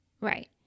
right